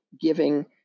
giving